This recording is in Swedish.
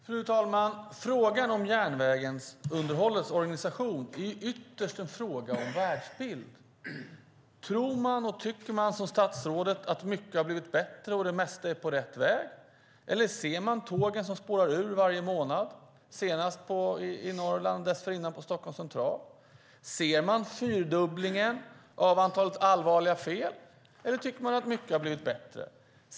Fru talman! Frågan om järnvägsunderhållets organisation är ytterst en fråga om världsbild. Tror man och tycker man, som statsrådet, att mycket har blivit bättre och det mesta är på rätt väg? Eller ser man tågen som spårar ur varje månad, senast i Norrland, dessförinnan på Stockholms central? Ser man fyrdubblingen av antalet allvarliga fel, eller tycker man att mycket har blivit bättre?